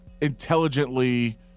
intelligently